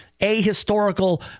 ahistorical